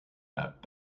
that